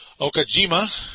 Okajima